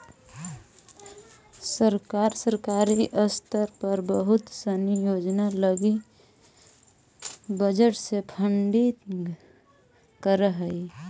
सरकार सरकारी स्तर पर बहुत सनी योजना लगी बजट से फंडिंग करऽ हई